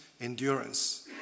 endurance